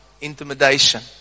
intimidation